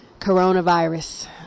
coronavirus